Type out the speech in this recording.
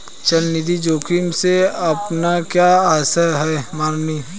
चल निधि जोखिम से आपका क्या आशय है, माननीय?